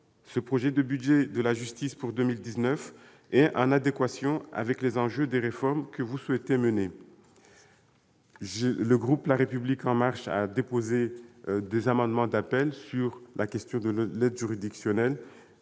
ce projet de budget de la justice pour 2019 est en adéquation avec les enjeux des réformes que vous souhaitez mener. Le groupe La République En Marche a déposé des amendements d'appel relatifs à l'aide juridictionnelle